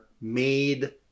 made